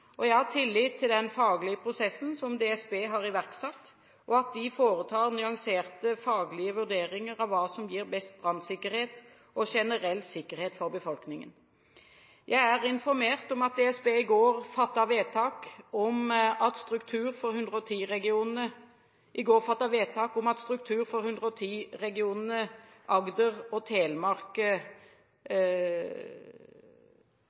Jeg har tillit til den faglige prosessen som DSB har iverksatt, og at de foretar nyanserte faglige vurderinger av hva som gir best brannsikkerhet og generell sikkerhet for befolkningen. Jeg er informert om at DSB i går fattet vedtak om at struktur for 110-regionene Agder og Telemark – her må det være skrevet noe feil, president, beklager. Vedtaket innebærer at de to regionene slås sammen, og